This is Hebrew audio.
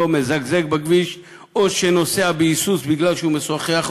מזגזג בכביש או נוסע בהיסוס כי הוא משוחח,